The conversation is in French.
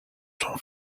son